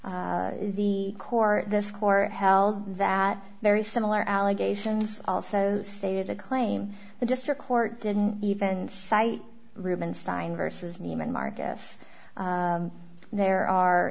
the court the score held that very similar allegations also stated a claim the district court didn't even cite rubenstein versus neiman marcus there are